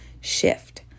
shift